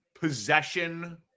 possession